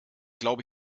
glaube